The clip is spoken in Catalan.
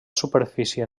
superfície